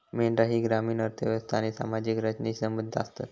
मेंढरा ही ग्रामीण अर्थ व्यवस्था आणि सामाजिक रचनेशी संबंधित आसतत